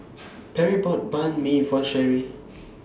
Perri bought Banh MI For Sherrie